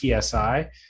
PSI